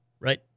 Right